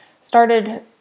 started